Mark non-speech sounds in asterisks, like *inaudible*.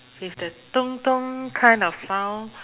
with the *noise* kind of sound